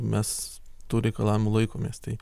mes tų reikalavimų laikomės tai